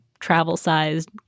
travel-sized